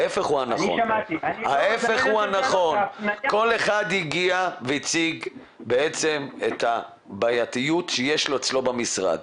ההפך הוא הנכון כל אחד הגיע והציג בעצם את הבעייתיות שיש אצלו במשרד.